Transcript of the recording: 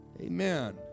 Amen